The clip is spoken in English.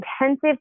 intensive